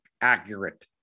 accurate